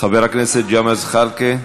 חבר הכנסת ג'מאל זחאלקה,